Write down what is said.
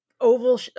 oval